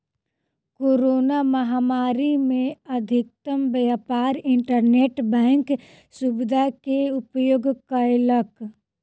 corona महामारी में अधिकतम व्यापार इंटरनेट बैंक सुविधा के उपयोग कयलक